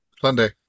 Sunday